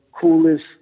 coolest